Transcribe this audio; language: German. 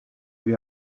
wir